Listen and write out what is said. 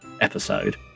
episode